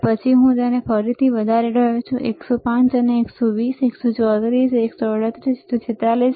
અને પછી હું તેને ફરીથી વધારી રહ્યો છું 105 અને 120 134 138 146